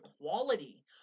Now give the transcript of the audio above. quality